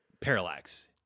Parallax